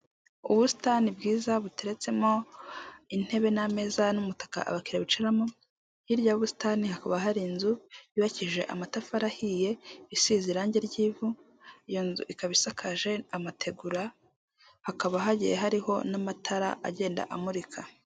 Ubusitani bwiza buteretsemo intebe n'ameza n'umutaka abakiliya bicaramo, hirya y'ubusitani hakaba hari inzu yubakije amatafari ahiye, isize irangi ry'ivu, iyo nzu ikaba isakaje amategura, hakaba hagiye hariho n'amatara agenda amurika.